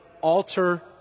alter